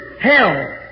hell